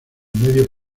medio